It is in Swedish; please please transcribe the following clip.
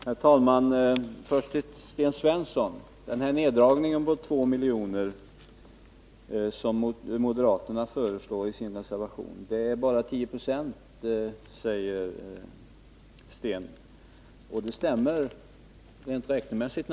Herr talman! Först till Sten Svensson: Den neddragning på 2 milj.kr. som moderaterna föreslår i sin reservation är bara 10 90, säger Sten Svensson. Det stämmer naturligtvis rent räknemässigt.